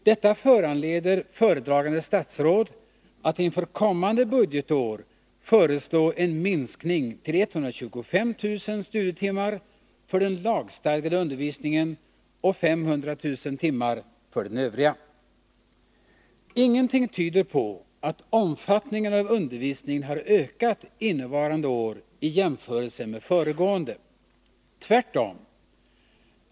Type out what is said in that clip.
Detta föranleder föredragande statsråd att inför kommande budgetår föreslå en minskning till 125 000 studietimmar för den lagstadgade undervisningen och 500 000 timmar för den övriga. Ingenting tyder på att omfattningen av undervisningen har ökat innevarande år i jämförelse med föregående. Tvärtom.